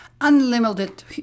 unlimited